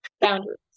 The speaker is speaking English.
Boundaries